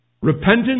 Repentance